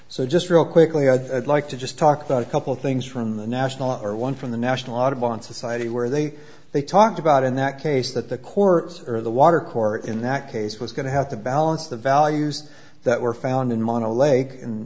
so just real quickly i'd like to just talk about a couple things from the national our one from the national audubon society where they they talked about in that case that the courts or the water court in that case was going to have to balance the values that were found in mana lake in